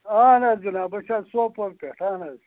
اہَن حظ جِناب أسۍ حظ سوپور پیٚٹھ اہَن حظ